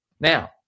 Now